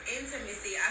intimacy